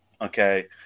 Okay